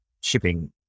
shipping